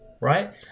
right